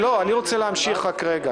להמשיך.